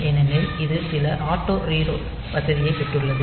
ஏனெனில் இது சில ஆட்டோ ரீலோட் வசதியைப் பெற்றுள்ளது